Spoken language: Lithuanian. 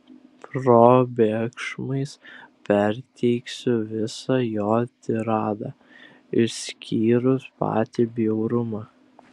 probėgšmais perteiksiu visą jo tiradą išskyrus patį bjaurumą